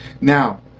Now